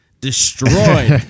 Destroyed